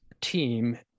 team